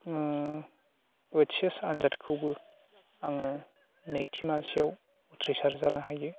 H S आनजादखौबो आङो नैथि मासियाव उथ्रिसार जानो हायो